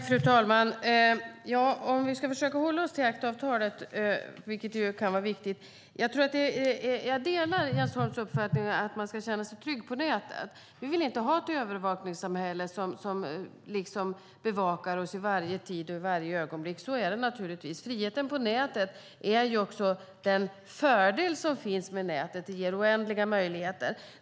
Fru talman! Om vi ska försöka hålla oss till ACTA-avtalet, vilket kan vara viktigt, vill jag säga att jag delar Jens Holms uppfattning att man ska känna sig trygg på nätet. Vi vill inte ha ett övervakningssamhälle som bevakar oss i varje ögonblick. Så är det naturligtvis. Friheten på nätet är ju dess stora fördel - den ger oändliga möjligheter.